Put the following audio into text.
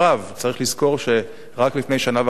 צריך לזכור שרק לפני שנה וחצי,